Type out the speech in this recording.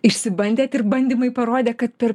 išsibandėt ir bandymai parodė kad per